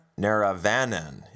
Naravanan